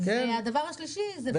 והדבר השלישי --- כן,